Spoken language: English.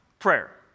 Prayer